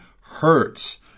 hurts